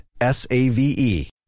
S-A-V-E